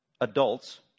adults